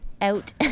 Out